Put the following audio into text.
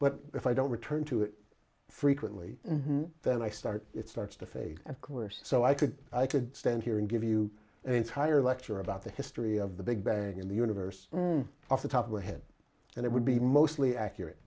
but if i don't return to it frequently and then i start it starts to fade of course so i could i could stand here and give you an entire lecture about the history of the big bang in the universe off the top of the head and it would be mostly accurate